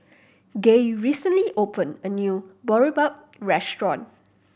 Gaye recently opened a new Boribap restaurant